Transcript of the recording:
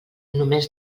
només